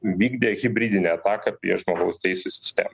vykdė hibridinę ataką prieš žmogaus teisių sistemą